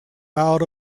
out